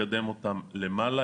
לקדם אותם למעלה.